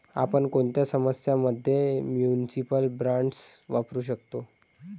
आपण कोणत्या समस्यां मध्ये म्युनिसिपल बॉण्ड्स वापरू शकतो?